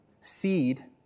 seed